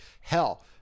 hell